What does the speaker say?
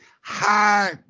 high